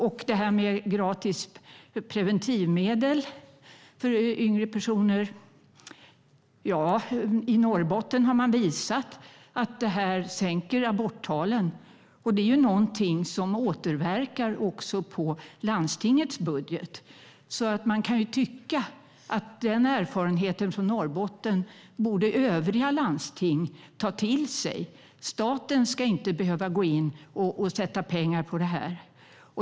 Sedan är det detta med gratis preventivmedel för yngre personer. I Norrbotten har man visat att det här sänker aborttalen, vilket också återverkar på landstingets budget. Man kan tycka att övriga landsting borde ta till sig erfarenheten från Norrbotten. Staten ska inte behöva gå in och satsa pengar på det här.